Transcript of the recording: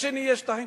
השני "יש שטחים".